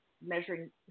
measuring